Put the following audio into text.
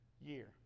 year